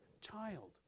child